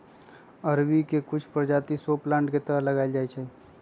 अरबी के कुछ परजाति शो प्लांट के तरह लगाएल जाई छई